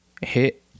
hit